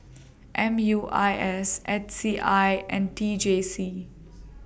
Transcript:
M U I S H C I and T J C